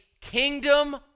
kingdom